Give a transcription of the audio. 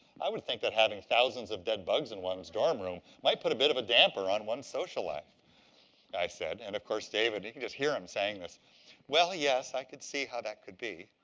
i would think that having thousands of dead bugs in one's dorm room might put a bit of a damper on one's social life i said. and of course, david, you can just hear him saying this well, yes, i could see how that could be.